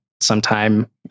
sometime